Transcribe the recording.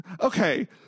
okay